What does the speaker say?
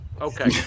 okay